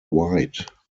white